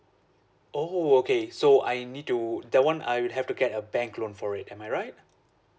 oh okay so I need to that one I would have to get a bank loan for it am I right